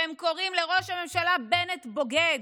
והם קוראים לראש הממשלה בנט בוגד.